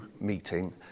meeting